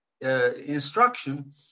instruction